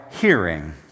hearing